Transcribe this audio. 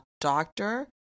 doctor